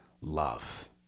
love